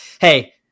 hey